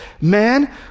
man